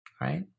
right